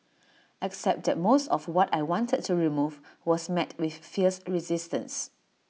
except that most of what I wanted to remove was met with fierce resistance